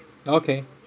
okay